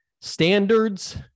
standards